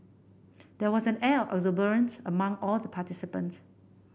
there was an air of exuberance among all the participants